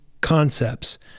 concepts